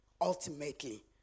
ultimately